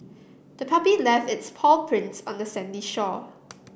the puppy left its paw prints on the sandy shore